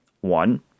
One